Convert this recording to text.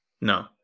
no